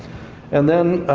and then,